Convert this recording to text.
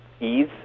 ease